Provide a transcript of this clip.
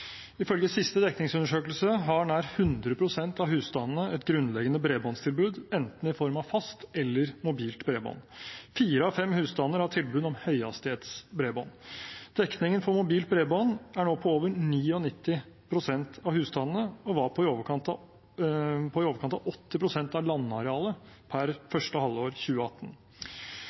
Ifølge siste dekningsundersøkelse har nær 100 pst. av husstandene et grunnleggende bredbåndstilbud, i form av enten fast eller mobilt bredbånd. Fire av fem husstander har tilbud om høyhastighetsbredbånd. Dekningen for mobilt bredbånd er nå på over 99 pst. av husstandene og var på i overkant av 80 pst. av landarealet per første halvår 2018.